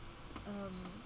um